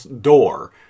door